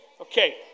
Okay